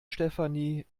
stefanie